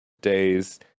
days